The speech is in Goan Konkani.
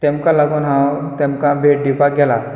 तेमका लागून हांव तेमका भेट दिवपाक गेला